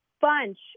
Bunch